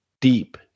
deep